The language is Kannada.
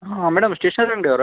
ಹಾಂ ಮೇಡಮ್ ಸ್ಟೇಷನರಿ ಅಂಗಡಿ ಅವರಾ